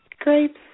Grapes